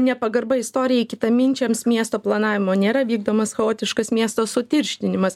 nepagarba istorijai kitaminčiams miesto planavimo nėra vykdomas chaotiškas miesto sutirštinimas